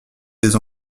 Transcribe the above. des